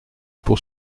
pour